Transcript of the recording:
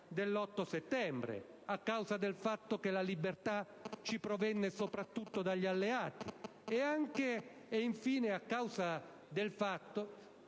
dell'8 settembre e anche a causa del fatto che la libertà ci provenne soprattutto dagli alleati e, infine, a causa del fatto